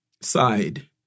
side